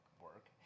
work